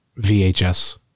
VHS